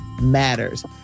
matters